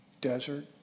desert